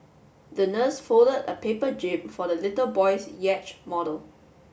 the nurse folded a paper jib for the little boy's yacht model